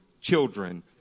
children